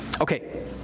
Okay